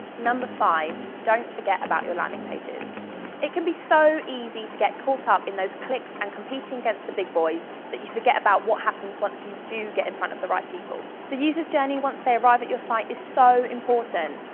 number five don't forget about your landing pages it can be so easy to get caught up in getting those clicks and competing against the big boys that you forget about what happens once you do get in front of the right people. the user's journey once they arrive at your site is so important!